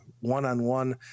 one-on-one